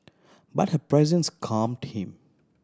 but her presence calmed him